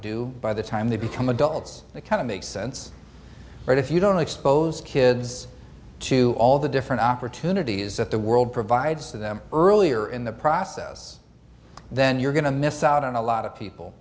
do by the time they become adults that kind of makes sense right if you don't expose kids to all the different opportunities that the world provides to them earlier in the process then you're going to miss out on a lot of people